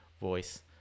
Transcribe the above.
voice